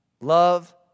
love